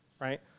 right